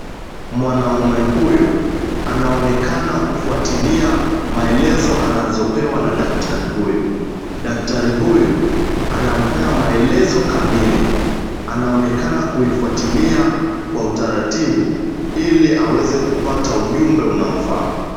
Mwanaume huyu anaonekana kufuatilia maelezo anazopewa na daktari huyu. Daktari huyu anampea maelezo kamili anaonekana kuifuatilia kwa utaritibu ili aweze kupata ujumbe unoafaa.